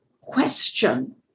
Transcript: question